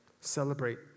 celebrate